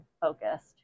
focused